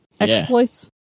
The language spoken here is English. exploits